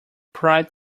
pride